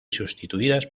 sustituidas